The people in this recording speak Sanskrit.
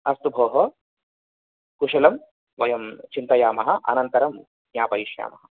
अस्तु भोः कुशलं वयं चिन्तयामः अनन्तरं ज्ञापयिष्यामः